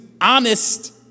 honest